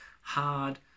hard